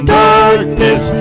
darkness